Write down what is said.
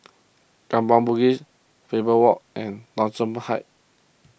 Kampong Bugis Faber Walk and Thomson Heights